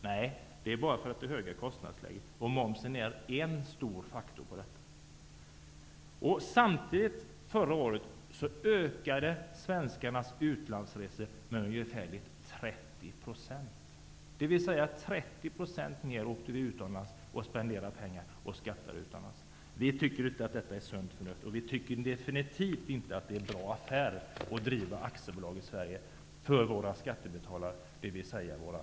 Nej, det beror bara på det höga kostnadsläget, i vilket momsen är en stor faktor. Förra året ökade samtidigt svenskarnas utlandsresor med ungefär 30 %. Vi ökade vårt utlandsresande med 30 %, spenderade pengar och skattade utomlands. Vi tycker inte att detta är sunt förnuft, och vi tycker definitivt inte att det är ett bra sätt att sköta affärerna åt skattebetalarna - våra kunder - i aktiebolaget Sverige.